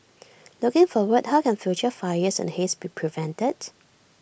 looking forward how can future fires and haze be prevented